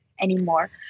anymore